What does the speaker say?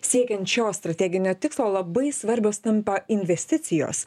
siekiant šio strateginio tikslo labai svarbios tampa investicijos